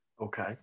Okay